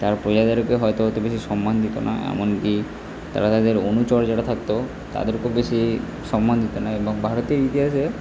তারা প্রজাদেরকে হয়তো অত বেশি সন্মান দিত না এমনকি তারা তাদের অনুচর যারা থাকতো তাদেরকেও বেশি সম্মান দিত না এবং ভারতের ইতিহাসে